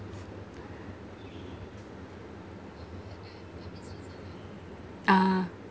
ah